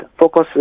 focus